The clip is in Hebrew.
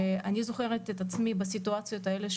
אני זוכרת את עצמי בסיטואציות הללו,